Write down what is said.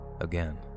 again